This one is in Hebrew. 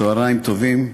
צהריים טובים.